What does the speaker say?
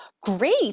great